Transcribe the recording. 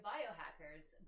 Biohackers